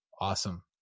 Awesome